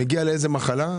מגיע למחלה,